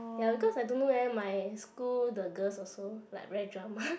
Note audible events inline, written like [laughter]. ya because I don't know leh my school the girls also like very drama [laughs]